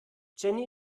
jenny